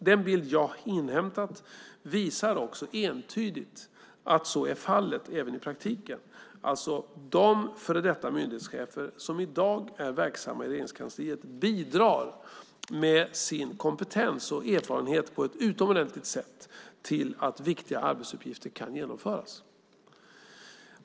Den bild jag inhämtat visar också entydigt att så är fallet även i praktiken; de före detta myndighetschefer som i dag är verksamma i Regeringskansliet bidrar med sin kompetens och erfarenhet på ett utomordentligt sätt till att viktiga arbetsuppgifter kan genomföras.